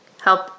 help